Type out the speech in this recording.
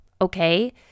Okay